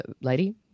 lady